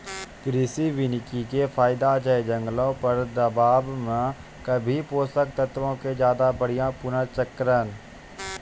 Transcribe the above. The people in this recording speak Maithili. कृषि वानिकी के फायदा छै जंगलो पर दबाब मे कमी, पोषक तत्वो के ज्यादा बढ़िया पुनर्चक्रण